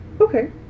Okay